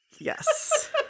Yes